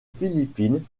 philippines